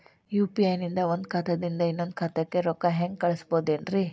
UPI ನಿಂದ ಒಂದ್ ಖಾತಾದಿಂದ ಇನ್ನೊಂದು ಖಾತಾಕ್ಕ ರೊಕ್ಕ ಹೆಂಗ್ ಕಳಸ್ಬೋದೇನ್ರಿ?